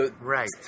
right